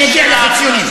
אני אגיע לחציוני.